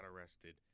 arrested